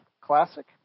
Classic